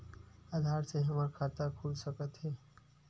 आधार से हमर खाता खुल सकत हे?